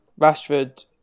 Rashford